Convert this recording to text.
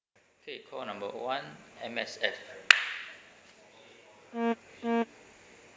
okay call number one M_S_F